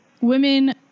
women